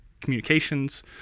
communications